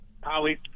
Howie